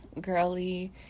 girly